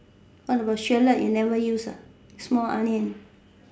what about shallot you never use small onion